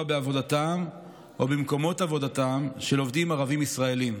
בעבודתם או במקומות עבודתם של עובדים ערבים ישראלים.